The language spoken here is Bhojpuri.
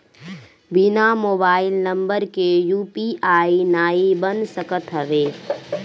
बिना मोबाइल नंबर के यू.पी.आई नाइ बन सकत हवे